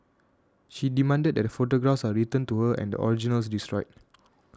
she demanded that the photographs are returned to her and the originals destroyed